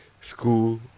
school